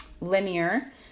linear